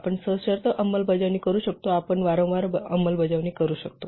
आपण सशर्त अंमलबजावणी करू शकतो आपण वारंवार अंमलबजावणी करू शकतो